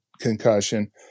concussion